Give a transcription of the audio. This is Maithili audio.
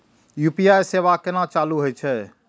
यू.पी.आई सेवा केना चालू है छै?